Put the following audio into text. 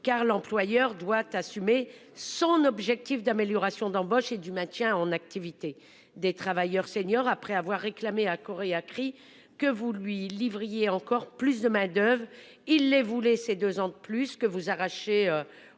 car l'employeur doit assumer son objectif d'amélioration d'embauche et du maintien en activité des travailleurs seniors après avoir réclamé à cor et à cri que vous lui livre il est encore plus de main d'oeuvre il les voulait ces deux ans de plus que vous arracher